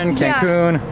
and cancun,